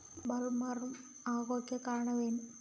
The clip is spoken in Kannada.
ಬೊಲ್ವರ್ಮ್ ಆಗೋಕೆ ಕಾರಣ ಏನು?